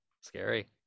Scary